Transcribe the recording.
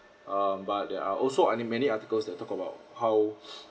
um but there are also uh many articles that talk about how